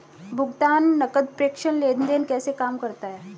भुगतान नकद प्रेषण लेनदेन कैसे काम करता है?